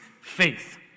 faith